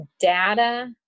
data